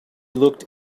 looked